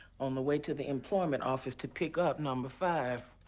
on the way to the employment office to pick up number five.